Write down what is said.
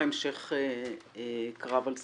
המשך קרב על סמכויות,